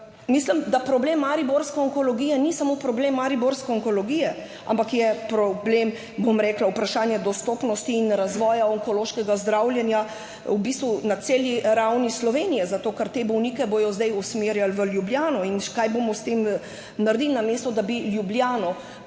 Mislim, da problem mariborske onkologije ni samo problem mariborske onkologije, ampak je problem vprašanje dostopnosti in razvoja onkološkega zdravljenja v bistvu na celi ravni Slovenije, zato ker bodo te bolnike zdaj usmerjali v Ljubljano. Kaj bomo s tem naredili? Namesto da bi Ljubljano